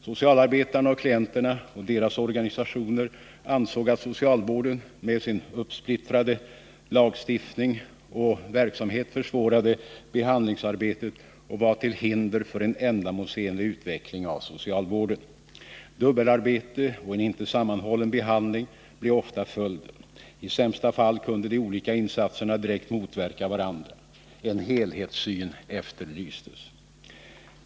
Socialarbetarna och klienterna och deras organisationer ansåg att socialvården med sin uppsplittrade lagstiftning och verksamhet försvårade behandlingsarbetet och var till hinder för en ändamålsenlig utveckling av socialvården. Dubbelarbete och en inte sammanhållen behandling blev ofta följden. I sämsta fall kunde de olika insatserna direkt motverka varandra. En helhetssyn efterlystes.